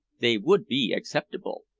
they would be acceptable.